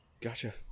Gotcha